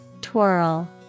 Twirl